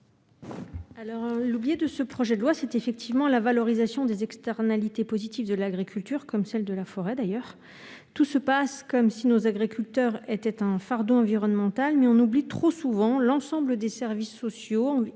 ? L'oubliée de ce projet de loi est effectivement la valorisation des externalités positives de l'agriculture, comme celle de la forêt d'ailleurs. Tout se passe comme si nos agriculteurs étaient un fardeau environnemental. On oublie trop souvent l'ensemble des services sociaux